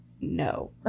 No